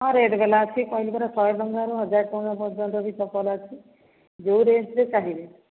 ହଁ ରେଟ୍ ବାଲା ଅଛି କହିଲି ପରା ଶହେ ଟଙ୍କାରୁ ହଜାରେ ଟଙ୍କା ପର୍ଯ୍ୟନ୍ତ ବି ଚପଲ ଅଛି ଯୋଉ ରେଟ୍ରେ ଚାହିଁବେ